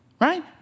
Right